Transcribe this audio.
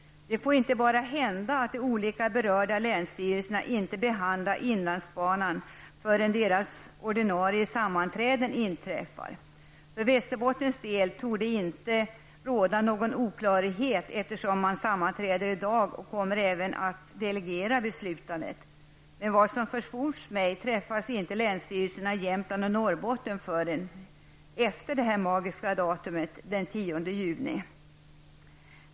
Det får bara inte hända att de olika berörda länsstyrelserna inte behandlar frågan om inlandsbanan förrän deras ordinarie sammanträden inträffar. För Västerbottens del torde det inte råda någon oklarhet, eftersom man sammanträder i dag, och man även kommer att delegera beslutandet. Men efter vad som försports mig träffas inte länsstyrelsena i Jämtland och Norrbotten förrän efter detta magiska datum, den 10 juni.